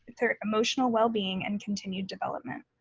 their emotional well being and continued development.